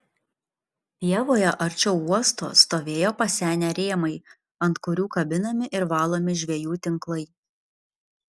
pievoje arčiau uosto stovėjo pasenę rėmai ant kurių kabinami ir valomi žvejų tinklai